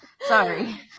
Sorry